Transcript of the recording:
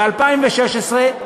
ב-2016,